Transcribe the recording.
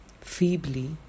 feebly